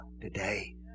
today